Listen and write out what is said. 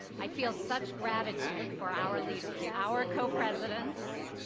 i feel such gratitude for our leaders, our co-presidents,